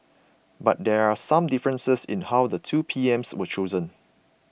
but there are some differences in how the two PMs were chosen